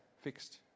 fixed